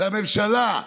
זו הממשלה,